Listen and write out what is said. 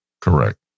Correct